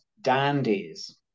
dandies